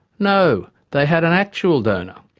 no they had an actual donor.